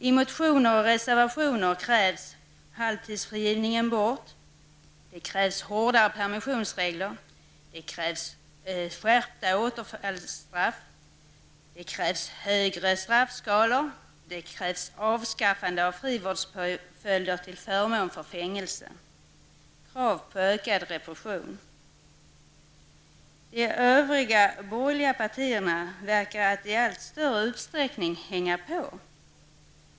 I motioner och reservationer krävs att halvtidsfrigivningen skall tas bort. Det krävs också hårdare permissionsregler, skärpta återfallsstraff, högre straffskalor och avskaffande av frivårdspåföljder till förmån för fängelse -- alltså krav på ökad repression. De övriga borgerliga partierna verkar att i allt större utsträckning hänga på.